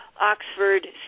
Oxford